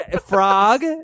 frog